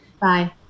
Bye